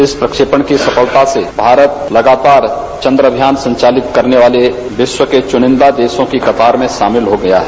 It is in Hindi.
इस प्रसेपण की सफलता में भारत लगातार चन्द्र अभियान संचालित करने वाले विश्व के चुनिन्दा देशों की कतार में शामिल हो गया है